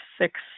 six